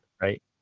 right